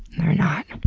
they're not.